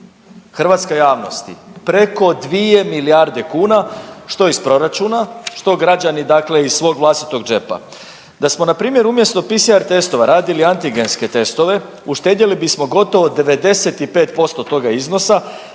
Hrvatska javnosti preko 2 milijarde kuna što iz proračuna, što građani iz svog vlastitog džepa. Da smo npr. umjesto PCR testova radili antigenske testove uštedjeli bismo gotovo 95% toga iznosa